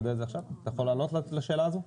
אתה יכול לענות לשאלה הזו?